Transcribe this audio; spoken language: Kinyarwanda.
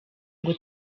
ngo